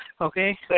Okay